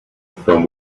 from